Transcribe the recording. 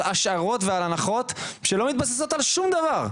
השערות ועל הנחות שלא מתבססות על שום דבר,